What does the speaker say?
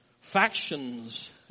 Factions